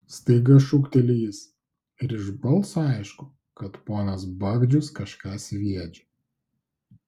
staiga šūkteli jis ir iš balso aišku kad ponas bagdžius kažką sviedžia